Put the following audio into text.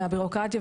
והביורוקרטיה,